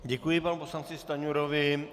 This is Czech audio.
Děkuji panu poslanci Stanjurovi.